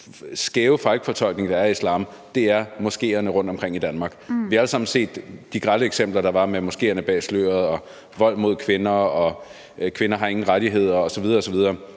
skæve fejlfortolkning, der er af islam, er moskeerne rundtomkring i Danmark. Vi har alle sammen set de grelle eksempler, der var med »Moskeerne bag sløret« i forhold til vold mod kvinder, kvinder, der ingen rettigheder har osv.